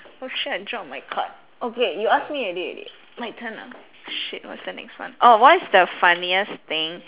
oh shit I dropped my card okay you asked me already my turn shit what's the next one orh what's the funniest thing